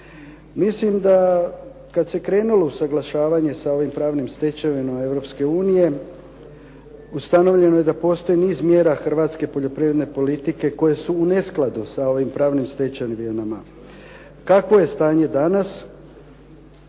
Mislim da kad se krenulo u usuglašavanje sa ovim pravnim stečevinama Europske unije ustanovljeno je da postoji niz mjera hrvatske poljoprivredne politike koje su u neskladu sa ovim pravnim stečevinama. Kakvo je stanje danas?